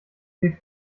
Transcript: sie